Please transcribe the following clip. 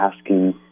asking